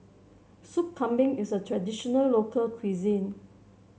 Soup Kambing is a traditional local cuisine